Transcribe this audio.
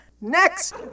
Next